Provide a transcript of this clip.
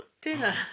dinner